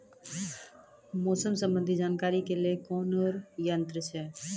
मौसम संबंधी जानकारी ले के लिए कोनोर यन्त्र छ?